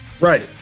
Right